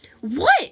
What